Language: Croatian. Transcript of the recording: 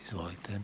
Izvolite.